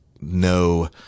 no